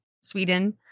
sweden